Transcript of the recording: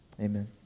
amen